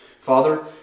father